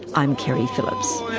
i'm keri phillips.